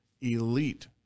elite